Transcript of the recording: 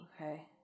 Okay